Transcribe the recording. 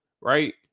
right